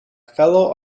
fellow